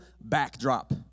backdrop